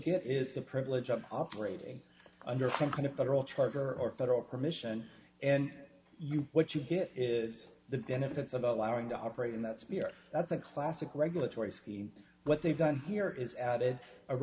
get is the privilege of operating under some kind of federal charter or federal permission and you what you get is the benefits of allowing to operate in that sphere that's a classic regulatory scheme what they've done here is added a